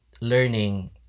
learning